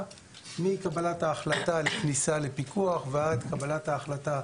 מקבלת ההחלטה על כניסה לפיקוח ועד קבלת ההחלטה